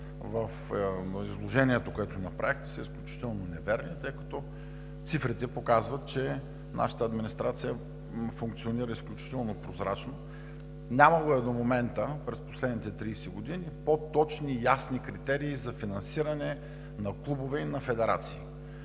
в изложението, което направихте, са изключително неверни, тъй като цифрите показват, че нашата администрация функционира изключително прозрачно. Нямало е до момента, през последните 30 години, по-точни и ясни критерии за финансиране на клубове и федерации.